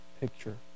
picture